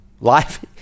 Life